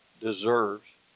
deserves